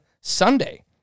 Sunday